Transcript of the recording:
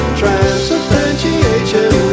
transubstantiation